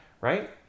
Right